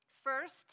First